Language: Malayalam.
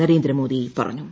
നരേന്ദ്രമോദി പറഞ്ഞു